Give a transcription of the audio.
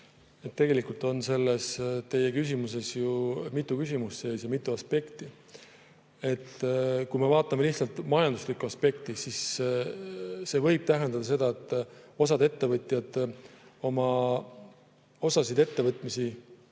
Tegelikult on selles teie küsimuses ju sees mitu küsimust ja mitu aspekti. Kui me vaatame lihtsalt majanduslikku aspekti, siis see võib tähendada seda, et osa ettevõtjaid osa oma ettevõtmisi